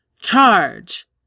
Charge